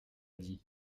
dit